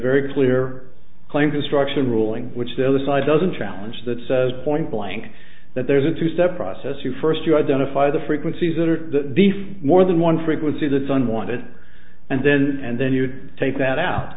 very clear claim destruction ruling which still the side doesn't challenge that says point blank that there's a two step process you first you identify the frequencies that are more than one frequency the sun want it and then and then you take that out